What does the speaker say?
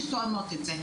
שתואמות את זה.